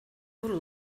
kuru